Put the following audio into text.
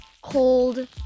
cold